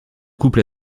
couple